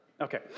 Okay